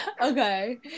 okay